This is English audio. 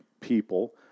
people